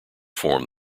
form